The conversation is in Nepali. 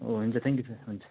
हुन्छ थ्यान्क यु सर हुन्छ